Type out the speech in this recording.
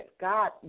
God